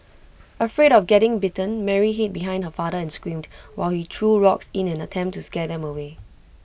afraid of getting bitten Mary hid behind her father and screamed while he threw rocks in an attempt to scare them away